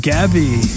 Gabby